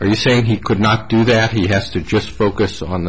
are you saying he could not do that he has to just focus on